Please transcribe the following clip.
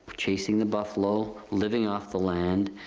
chasing the buffalo, living off the land.